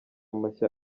mashya